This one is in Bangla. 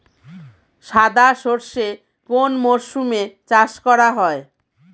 সাদা সর্ষে কোন মরশুমে চাষ করা হয়?